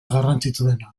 garrantzitsuena